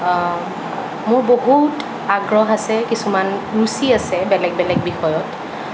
মোৰ বহুত আগ্ৰহ আছে কিছুমান ৰুচি আছে বেলেগ বেলেগ বিষয়ত